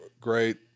great